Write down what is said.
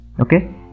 okay